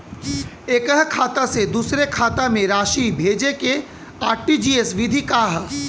एकह खाता से दूसर खाता में राशि भेजेके आर.टी.जी.एस विधि का ह?